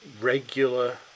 regular